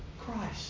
Christ